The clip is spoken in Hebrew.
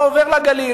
הוא לא עובר לגליל,